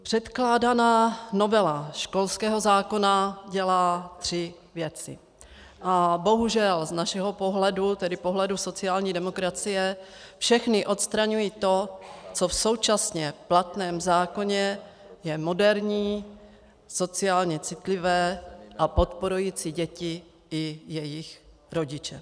Předkládaná novela školského zákona dělá tři věci a bohužel z našeho pohledu, tedy pohledu sociální demokracie, všechny odstraňují to, co v současně platném zákoně je moderní, sociálně citlivé a podporující děti i jejich rodiče.